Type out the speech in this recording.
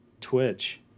Twitch